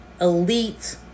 elite